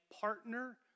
partner